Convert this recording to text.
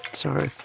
sorry